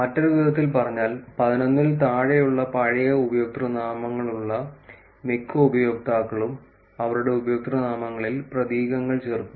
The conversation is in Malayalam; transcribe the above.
മറ്റൊരു വിധത്തിൽ പറഞ്ഞാൽ 11 ൽ താഴെയുള്ള പഴയ ഉപയോക്തൃനാമങ്ങളുള്ള മിക്ക ഉപയോക്താക്കളും അവരുടെ ഉപയോക്തൃനാമങ്ങളിൽ പ്രതീകങ്ങൾ ചേർക്കുന്നു